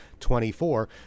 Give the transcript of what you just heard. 24